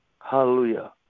Hallelujah